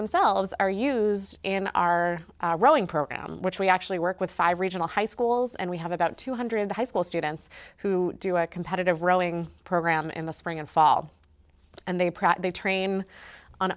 themselves are used in our rowing program which we actually work with five regional high schools and we have about two hundred high school students who do a competitive rowing program in the spring and fall and they pratt they train on